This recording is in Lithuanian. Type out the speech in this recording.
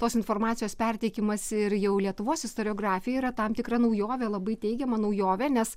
tos informacijos perteikimas ir jau lietuvos istoriografija yra tam tikra naujovė labai teigiama naujovė nes